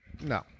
No